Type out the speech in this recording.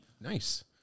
Nice